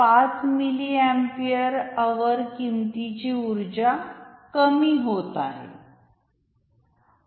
5 milliampere hour किमतीची उर्जा कमी होत आहे